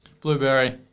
Blueberry